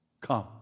Come